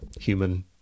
human